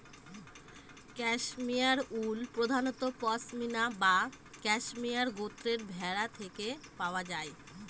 cashmere wool প্রধানত পসমিনা বা cashmere গোত্রের ভেড়া থেকে পাওয়া যায়